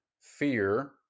fear